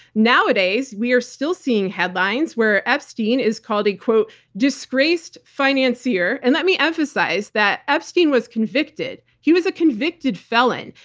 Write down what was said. nowadays, we are still seeing headlines where epstein is called a disgraced financier. and let me emphasize that epstein was convicted. he was a convicted felon.